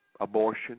Abortion